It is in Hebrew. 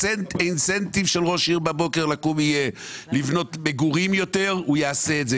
אינסנטיב של ראש עיר בבוקר יהיה לבנות יותר מגורים והוא יעשה את זה.